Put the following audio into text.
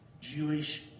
Jewish